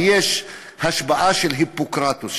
יש השבועה של היפוקרטס,